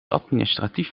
administratief